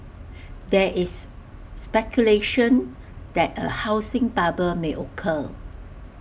there is speculation that A housing bubble may occur